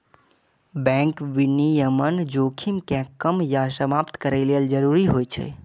bank विनियमन जोखिम कें कम या समाप्त करै लेल जरूरी होइ छै